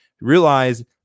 Realize